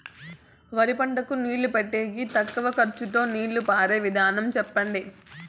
వరి పంటకు నీళ్లు పెట్టేకి తక్కువ ఖర్చుతో నీళ్లు పారే విధం చెప్పండి?